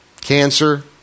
cancer